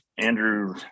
Andrew